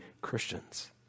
Christians